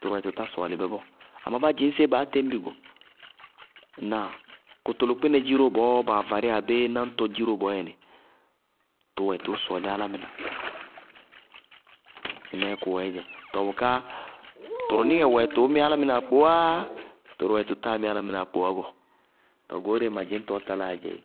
tʋrʋwɛ tʋ tá sɔɔlɩ bɛ bɔɔ, amá bá dzɩñ séé baá téñ bɩ go. Ŋnáa? Kʋtʋlʋkpɩnɛ dziró bɔɔ baa varíyá abéé nañtɔ dziró bɔɔyɛnɩ, tʋwɛ tʋʋ sɔɔlí álámɩná, mɩnɛɛ kʋwɛɛdzɛ. Bʋká tʋrʋnɩŋɛ wɛ tʋʋ mí álámɩná akpowáá tʋrʋwɛ tʋ táa mí álámɩnáá akpowá bɔɔ. Tɔɔ goóreé ma dzɩñtɔɔ taláaá dzɛ éé.